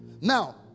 Now